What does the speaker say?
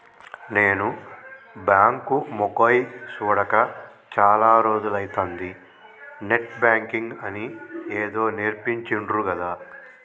నేను బాంకు మొకేయ్ సూడక చాల రోజులైతంది, నెట్ బాంకింగ్ అని ఏదో నేర్పించిండ్రు గదా